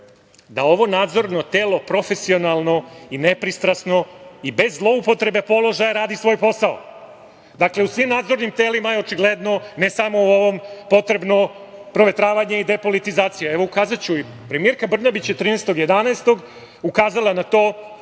da ovo nadzorno telo profesionalno i nepristrasno i bez zloupotrebe položaja radi svoj posao? Dakle, u svim nadzornim telima je očigledno, ne samo u ovom potrebno provetravanje i depolitizacija. Evo, ukazaću. Premijerka Brnabić je 13. novembra, ukazala na to